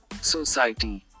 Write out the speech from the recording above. society